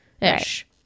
ish